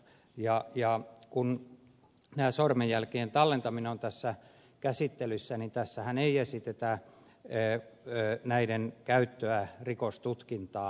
ja kun tämä sormenjälkien tallentaminen on tässä käsittelyssä niin tässähän ei esitetä näiden käyttöä rikostutkintaan